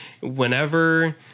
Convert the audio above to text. whenever